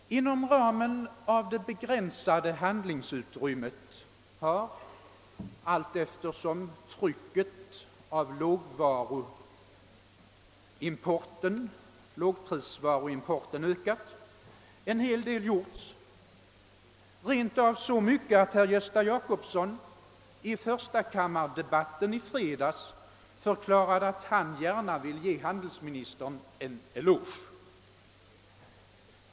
Inom ramen av det begränsade handlingsutrymmet har, allteftersom trycket av lågprisvaruimporten ökat, en hel del gjorts — rent av så mycket att herr Gösta Jacobsson i förstakammardebatten i fredags förklarade att han gärna ville ge handelsministern en eloge.